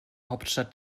hauptstadt